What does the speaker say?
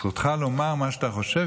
זכותך לומר מה שאתה חושב,